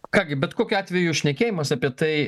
ką gi bet kokiu atveju šnekėjimas apie tai